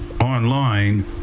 online